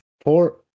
four